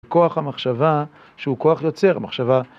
כוח המחשבה, שהוא כוח יוצר, המחשבה